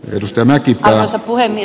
vikström näki koheni